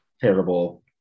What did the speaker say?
terrible